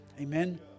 Amen